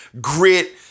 Grit